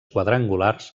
quadrangulars